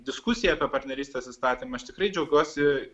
diskusiją apie partnerystės įstatymą aš tikrai džiaugiuosi